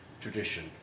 tradition